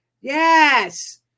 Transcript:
Yes